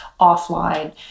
offline